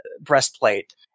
breastplate